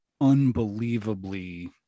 Unbelievably